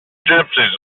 gypsies